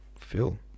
Phil